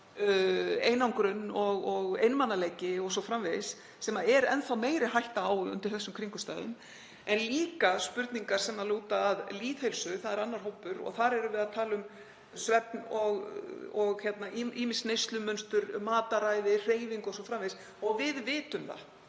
einangrun og einmanaleiki o.s.frv., sem er enn þá meiri hætta á undir þessum kringumstæðum. Það eru líka spurningar sem lúta að lýðheilsu, það er annar hópur, og þar erum við að tala um svefn og ýmis neyslumunstur, mataræði, hreyfingu o.s.frv. Og við vitum að